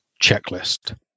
checklist